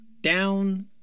down